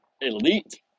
Elite